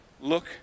Look